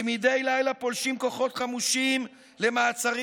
כשמדי לילה פולשים כוחות חמושים למעצרים